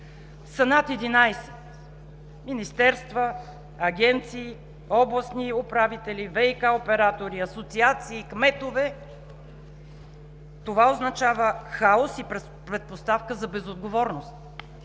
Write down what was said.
над 11 – министерства, агенции, областни управители, ВиК оператори, асоциации, кметове. Това означава хаос и предпоставка за безотговорност.